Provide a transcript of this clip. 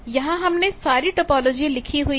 यहां हमने सारी टोपोलॉजी लिखी हुई है